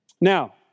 Now